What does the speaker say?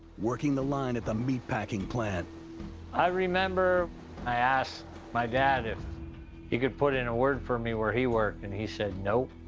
working the line at the meat-packing plant. marty i remember i asked my dad if he could put in a word for me where he worked, and he said, nope,